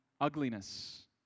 ugliness